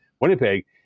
Winnipeg